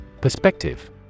Perspective